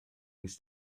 mis